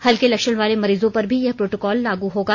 हल्के लक्षण वालों मरीजों पर भी यह प्रोटोकॉल लागू होगा